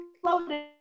floating